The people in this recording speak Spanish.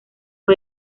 fue